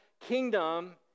kingdom